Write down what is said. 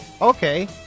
okay